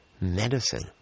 medicine